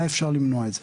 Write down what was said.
ואפשר היה למנוע את זה.